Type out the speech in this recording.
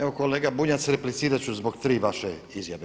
Evo kolega Bunjac replicirat ću zbog tri vaše izjave.